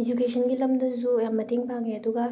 ꯏꯖꯨꯀꯦꯁꯟꯒꯤ ꯂꯝꯗꯁꯨ ꯌꯥꯝ ꯃꯇꯦꯡ ꯄꯥꯡꯉꯦ ꯑꯗꯨꯒ